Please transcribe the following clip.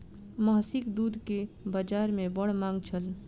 महीसक दूध के बाजार में बड़ मांग छल